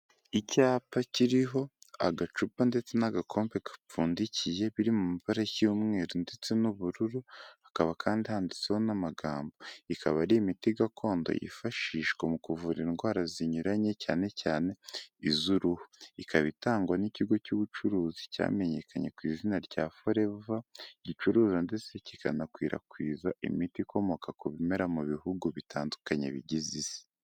Icyapa kiriho agacupa ndetse n'agakombe gapfundikiye biri mu mbara y'umweru ndetse n'ubururu hakaba kandi handitseho n'amagambo, ikaba ari imiti gakondo yifashishwa mu kuvura indwara zinyuranye, cyane cyane izuruhu. Ikaba itangwa n'ikigo cy'ubucuruzi cyamenyekanye ku izina rya foreva, gicuruza ndetse kikanakwirakwiza imiti ikomoka ku bimera mu bihugu bitandukanye bigize isi.